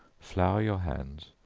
flour your hands,